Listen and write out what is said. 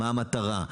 מה המטרה?